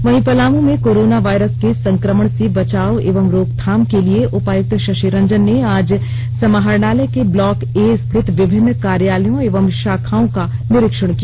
वहीं पलाम में corona virus के संक्रमण से बचाव एवं रोकथाम के लिए उपायुक्त शशि रंजन ने आज समाहरणालय के ब्लॉक ए स्थित विमिन्न कार्यालयों एवं शाखाओं का निरीक्षण किया